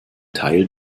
teil